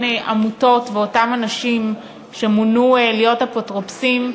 עמותות ואותם אנשים שמונו להיות אפוטרופוסים,